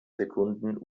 sekunden